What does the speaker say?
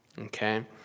okay